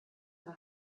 mehr